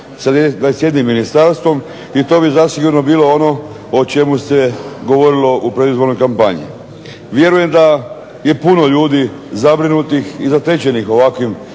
sa 21 ministarstvom i to bi bilo ono o čemu se govorili u predizbornoj kampanji. Vjerujem da je puno ljudi zabrinutih i zatečenih ovakvim